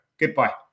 Goodbye